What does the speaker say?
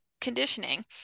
conditioning